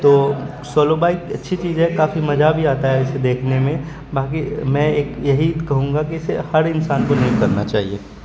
تو solo bike اچھی چیز ہے کاپھی مزہ بھی آتا ہے اسے دیکھنے میں باقی میں ایک یہی کہوں گا کہ اسے ہر انسان کو نہیں کرنا چاہیے